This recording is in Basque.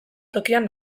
tokian